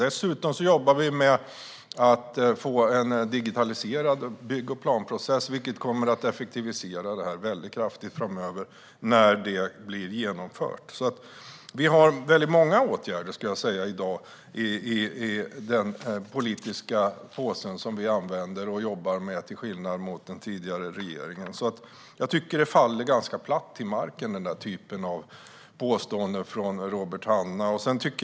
Dessutom jobbar vi med att få en digitaliserad bygg och planprocess, vilket kommer att effektivisera det här kraftigt framöver när det blir genomfört. Vi har alltså många åtgärder i dag i den politiska påse som vi använder och jobbar med, till skillnad från den tidigare regeringen. Jag tycker att den här typen av påståenden från Robert Hannah faller ganska platt till marken.